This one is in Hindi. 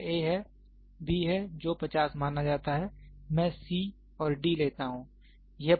तो यह a है b है जो 50 माना जाता है मैं c और d लेता हूं